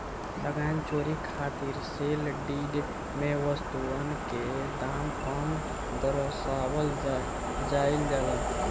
लगान चोरी खातिर सेल डीड में वस्तुअन के दाम कम दरसावल जाइल जाला